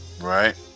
right